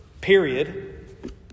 period